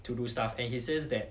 to do stuff and he says that